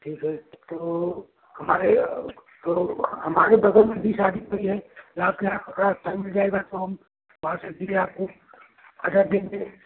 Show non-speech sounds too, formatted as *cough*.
ठीक है तो हमारे तो हमारे बगल में भी शादी हुई है तो आपके यहाँ कपड़ा अच्छा मिल जाएगा तो वहाँ से भी ले आते अगर *unintelligible*